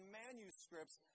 manuscripts